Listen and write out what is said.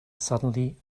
suddenly